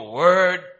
word